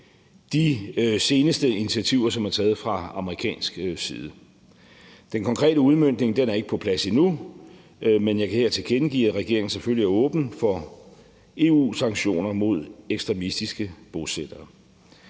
de seneste initiativer, som er taget fra amerikansk side. Den konkrete udmøntning er ikke på plads endnu, men jeg kan her tilkendegive, at regeringen selvfølgelig er åben for EU-sanktioner mod ekstremistiske bosættere.